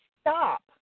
stop